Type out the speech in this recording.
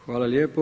Hvala lijepo.